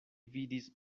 vidis